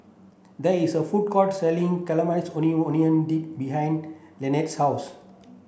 there is a food court selling Caramelized Maui Onion Dip behind Leeann's house